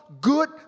good